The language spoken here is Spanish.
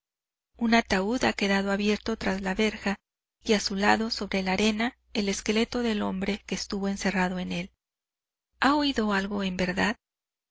un ataúd ha quedado abierto tras la verja y a su lado sobre la arena el esqueleto del hombre que estuvo encerrado en él ha oído algo en verdad